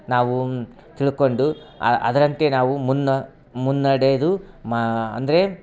ನಾವು ತಿಳ್ಕೊಂಡು ಅದ ಅದರಂತೆ ನಾವು ಮುನ್ನ ಮುನ್ನಡೆದು ಮಾ ಅಂದರೆ